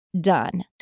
done